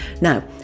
Now